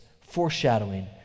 foreshadowing